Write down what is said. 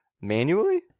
manually